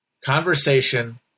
conversation